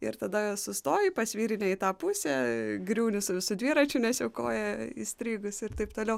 ir tada sustoji pasvyri ne į tą pusę griūni su visu dviračiu nes jau koja įstrigus ir taip toliau